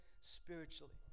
spiritually